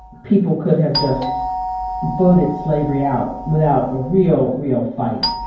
people could have just voted slavery out without a real, real fight.